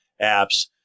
apps